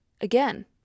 again